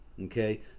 Okay